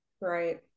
right